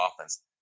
offense